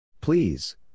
Please